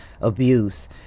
abuse